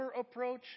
approach